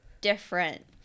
different